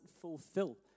fulfill